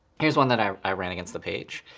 here's one that i i ran against the page.